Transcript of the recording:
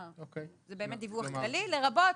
זה באמת דיווח כללי, לרבות.